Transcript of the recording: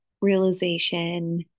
realization